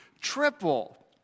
Triple